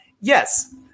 yes